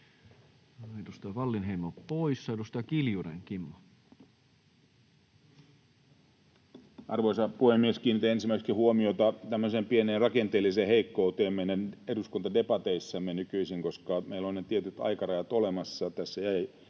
Edustaja Wallinheimo on poissa. — Edustaja Kiljunen, Kimmo. Arvoisa puhemies! Kiinnitän ensimmäiseksi huomiota tämmöiseen pieneen rakenteelliseen heikkouteen meidän eduskuntadebateissamme nykyisin: Koska meillä ovat ne tietyt aikarajat olemassa, tässä